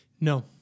No